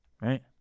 Right